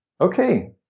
okay